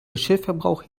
geschirrverbrauch